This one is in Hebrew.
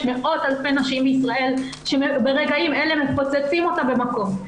מאות אלפי נשים בישראל שברגעים אלה מפוצצים אותן במכות.